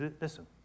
listen